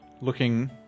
looking